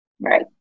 Right